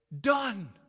Done